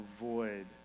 avoid